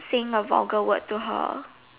saying a vulgar word to her